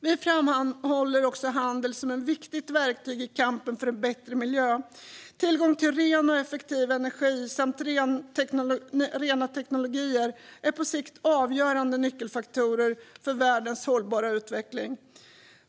Vi framhåller också handel som ett viktigt verktyg i kampen för en bättre miljö. Tillgång till ren och effektiv energi samt rena teknologier är på sikt avgörande nyckelfaktorer för världens hållbara utveckling.